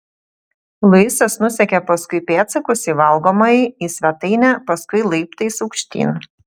luisas nusekė paskui pėdsakus į valgomąjį į svetainę paskui laiptais aukštyn